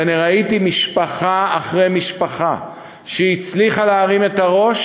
וראיתי משפחה אחרי משפחה שהצליחו להרים את הראש,